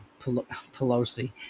Pelosi